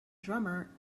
drummer